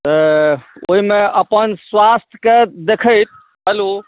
ओहिमे अपन स्वास्थ्यकेँ देखैत हेल्लो